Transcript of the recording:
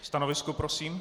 Stanovisko prosím?